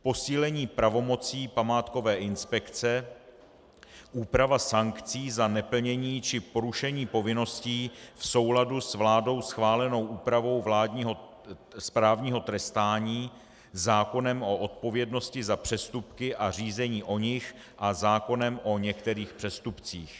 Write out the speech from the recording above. Posílení pravomocí památkové inspekce, úprava sankcí za neplnění či porušení povinností v souladu s vládou schválenou úpravou správního trestání zákonem o odpovědnosti za přestupky a řízení o nich a zákonem o některých přestupcích.